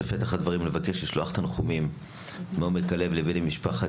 בפתח הדברים אני מבקש לשלוח תנחומים מעומק הלב לבני משפחת